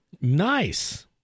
Nice